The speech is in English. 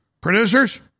Producers